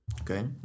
Okay